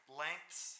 lengths